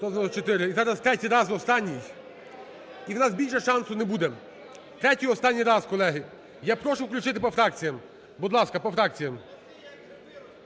І зараз третій раз, останній, і у нас більше шансу не буде. Третій, і останній раз, колеги. Я прошу включити по фракціям. Будь ласка, по фракціям.